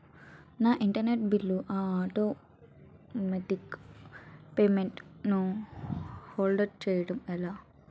నా internet bill పై automatic payment ను హోల్డ్ చేయటం ఎలా?